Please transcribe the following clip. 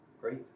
Great